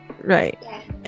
Right